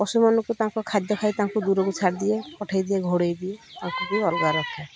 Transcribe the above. ପଶୁମାନଙ୍କୁ ତାଙ୍କ ଖାଦ୍ୟ ଖାଇ ତାଙ୍କୁ ଦୂରକୁ ଛାଡ଼ିଦିଏ ପଠାଇଦିଏ ଘୋଡ଼େଇ ଦିଏ ବି ଅଲଗା ରଖେ